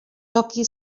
toki